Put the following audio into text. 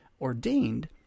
ordained